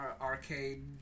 arcade